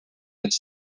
this